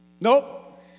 nope